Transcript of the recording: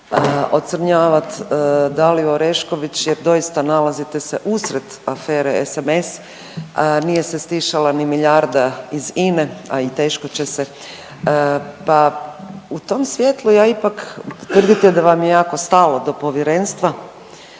ocrnjavat Daliju Orešković, jer doista nalazite se usred afere SMS, nije se stišala ni milijarda iz INA-e, a i teško će se pa u tom svjetlu ja ipak, tvrdite da vam je jako stalo do povjerenstva